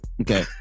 Okay